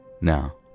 Now